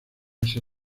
ese